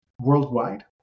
worldwide